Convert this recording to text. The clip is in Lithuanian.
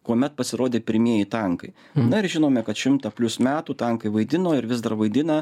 kuomet pasirodė pirmieji tankai na ir žinome kad šimtą plius metų tankai vaidino ir vis dar vaidina